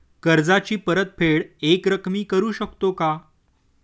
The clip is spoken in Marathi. कर्जाची परतफेड एकरकमी करू शकतो का?